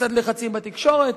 קצת לחצים בתקשורת,